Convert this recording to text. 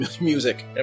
music